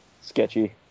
sketchy